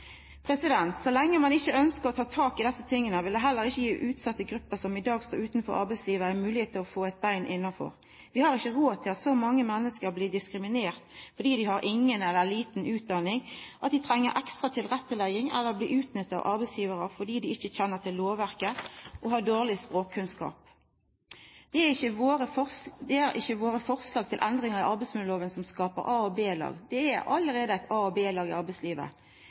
Så lenge ein ikkje ønskjer å ta tak i desse tinga, vil det heller ikkje gje utsette grupper som i dag står utanfor arbeidslivet, ei moglegheit til å få eit bein innanfor. Vi har ikkje råd til at så mange menneske blir diskriminerte fordi dei har inga eller lite utdanning, at dei treng ekstra tilrettelegging eller blir utnytta av arbeidsgjevarar fordi dei ikkje kjenner til lovverket og har dårleg språkkunnskap. Det er ikkje våre forslag til endringar i arbeidsmiljøloven som skaper A- og B-lag. Det er allereie eit A- og B-lag i arbeidslivet.